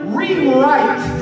rewrite